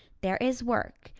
there is work,